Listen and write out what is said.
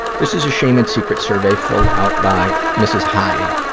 this is a shame and secrets survey filled out by mrs. hyde.